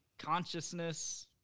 Consciousness